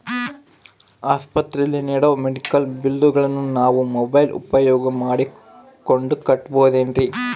ಆಸ್ಪತ್ರೆಯಲ್ಲಿ ನೇಡೋ ಮೆಡಿಕಲ್ ಬಿಲ್ಲುಗಳನ್ನು ನಾವು ಮೋಬ್ಯೆಲ್ ಉಪಯೋಗ ಮಾಡಿಕೊಂಡು ಕಟ್ಟಬಹುದೇನ್ರಿ?